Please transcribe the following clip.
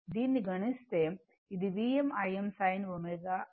అవుతుంది